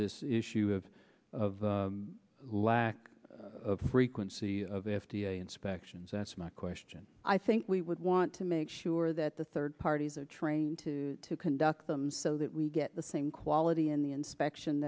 this issue of lack of frequency of f d a inspections that's my question i think we would want to make sure that the third parties are trained to conduct them so that we get the same quality in the inspection